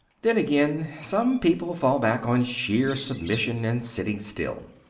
then again, some people fall back on sheer submission and sitting still.